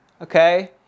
okay